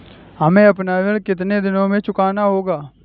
हमें अपना ऋण कितनी दिनों में चुकाना होगा?